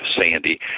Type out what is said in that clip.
Sandy